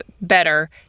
better